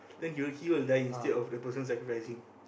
then he will he will dying instead of the person's like rising